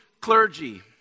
clergy